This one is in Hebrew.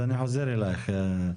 אז אני חוזר אלייך.